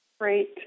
Great